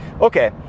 Okay